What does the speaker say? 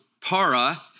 para